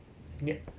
yup